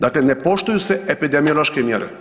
Dakle, ne poštuju se epidemiološke mjere.